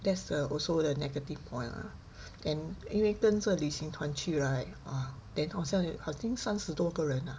that's err also the negative point ah and 因为跟着旅行团去 right !wah! then 好像 I think 三十多个人啊